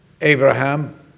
Abraham